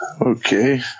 Okay